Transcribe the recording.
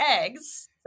eggs